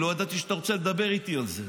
לא ידעתי שאתה רוצה לדבר איתי על זה.